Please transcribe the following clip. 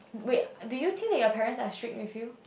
wait do you think that your parents are strict with you